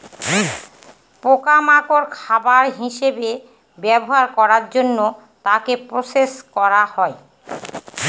পোকা মাকড় খাবার হিসেবে ব্যবহার করার জন্য তাকে প্রসেস করা হয়